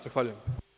Zahvaljujem.